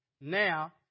Now